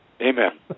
Amen